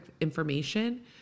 information